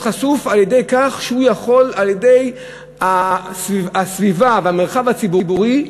ממשיך להיות חשוף על-ידי כך שהוא יכול על-ידי הסביבה והמרחב הציבורי,